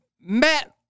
Matt